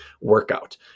workout